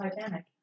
Titanic